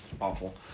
awful